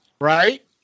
right